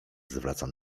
zwracam